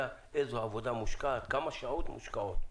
איזו עבודה מושקעת וכמה שעות מושקעות.